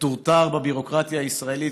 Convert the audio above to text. מטורטר בביורוקרטיה הישראלית,